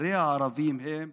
הרי הערבים הם שקופים.